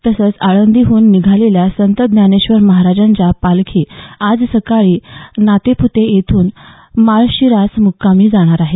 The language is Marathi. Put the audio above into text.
तसंच आळंदीहून निघालेल्या संत ज्ञानेश्वर महाराजांच्या पालखी आज सकाळी नातेपुते येथून माळशिरस मुक्कामी जाणार आहे